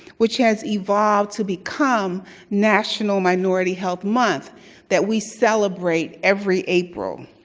which has evolved to become national minority health month that we celebrate every april.